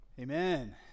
amen